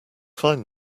find